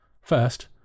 First